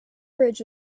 bridge